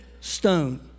stone